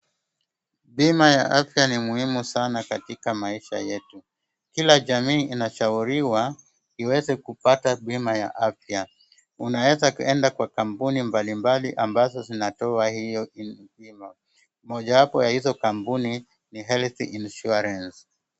Bima ya afya ni muhimu sana katika maisha yetu. Kila jamii inashauriwa iweze kupata bima ya afya. Unaweza enda kwa kampuni mbalimbali ambazo zinatoa hii bima. Mojawapo ya hizi kampuni ni Healthy insurance .